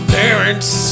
parents